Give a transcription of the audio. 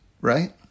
right